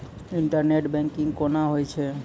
Internet banking कोना होय छै?